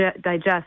digest